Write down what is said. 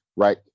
Right